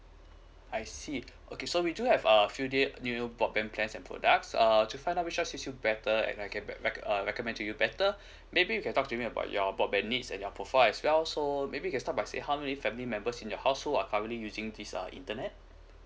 I see okay so we do have uh few new broadband plan and products err to find out which one suit you better and I can bac~ uh recommend to you better maybe you can talk to me about your broadband needs and your profile as well so maybe you can start by say how many family members in your household are currently using this uh internet